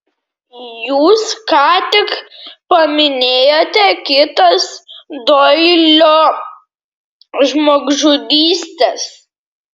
jūs ką tik paminėjote kitas doilio žmogžudystes